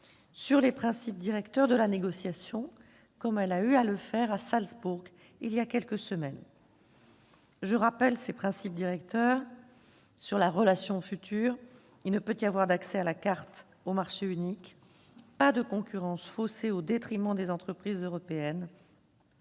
sur les principes directeurs de la négociation, comme elle a eu à le faire à Salzbourg voilà quelques semaines. Je rappelle ces principes directeurs : dans la relation future, il ne peut y avoir d'accès à la carte au marché unique, de concurrence faussée au détriment des entreprises européennes,